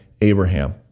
Abraham